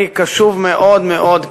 אני קשוב מאוד מאוד,